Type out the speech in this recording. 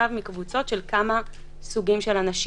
מורכב מקבוצות של כמה סוגים של אנשים: